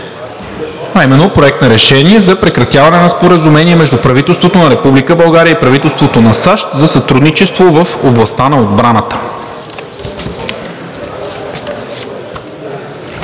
относно Проект на решение за прекратяване на Споразумение между правителството на Република България и правителството на САЩ за сътрудничество в областта на отбраната,